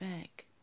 back